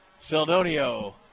Seldonio